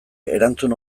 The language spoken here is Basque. erantzun